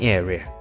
area